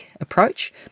approach